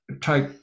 take